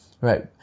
right